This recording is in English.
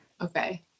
okay